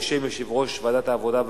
בשם יושב-ראש ועדת העבודה,